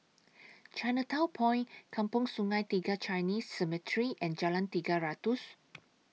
Chinatown Point Kampong Sungai Tiga Chinese Cemetery and Jalan Tiga Ratus